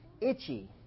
Itchy